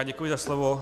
Děkuji za slovo.